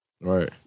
Right